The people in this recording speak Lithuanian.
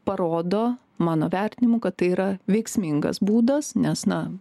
parodo mano vertinimu kad tai yra veiksmingas būdas nes na